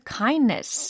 kindness